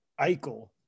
Eichel